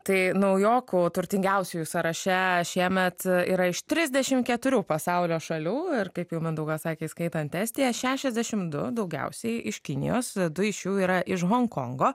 tai naujokų turtingiausiųjų sąraše šiemet yra iš trisdešim keturių pasaulio šalių ir kaip jau mindaugas sakė įskaitant estiją šešiasdešim du daugiausiai iš kinijos du iš jų yra iš honkongo